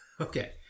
Okay